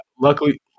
luckily